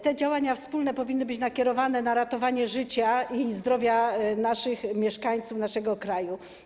Te działania wspólne powinny być nakierowane na ratowanie życia i zdrowia mieszkańców naszego kraju.